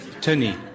Tony